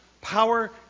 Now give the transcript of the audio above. Power